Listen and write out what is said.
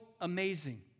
amazing